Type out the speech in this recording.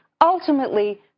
Ultimately